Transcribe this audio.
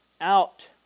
out